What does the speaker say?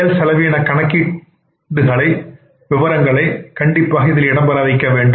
செயல் செலவின கணக்கீடுகளை விபரங்கள் கண்டிப்பாக இடம்பெறவேண்டும்